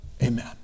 amen